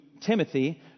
Timothy